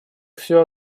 всё